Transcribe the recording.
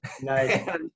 Nice